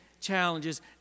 challenges